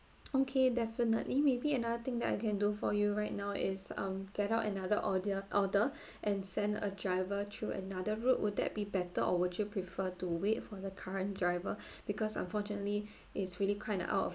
okay definitely maybe another thing that I can do for you right now is um get out another order order and send a driver through another route would that be better or would you prefer to wait for the current driver because unfortunately it's really kind of out of